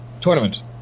tournament